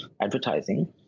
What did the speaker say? advertising